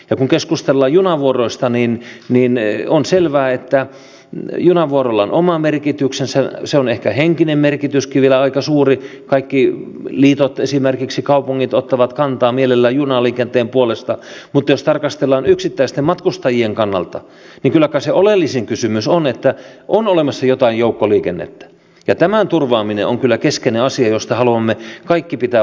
ja kun keskustellaan junavuoroista niin on selvää että junavuoroilla on oma merkityksensä ehkä henkinen merkityskin on vielä aika suuri kaikki liitot ja esimerkiksi kaupungit ottavat mielellään kantaa junaliikenteen puolesta mutta jos tarkastellaan yksittäisten matkustajien kannalta niin kyllä kai se oleellisin kysymys on että on olemassa jotain joukkoliikennettä ja tämän turvaaminen on kyllä keskeinen asia josta haluamme kaikki pitää varmasti kiinni